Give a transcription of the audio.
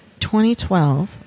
2012